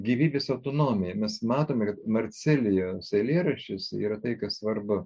gyvybės autonomija mes matome kad marcelijaus eilėraščiuose yra tai kas svarbu